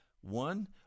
One